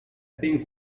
pink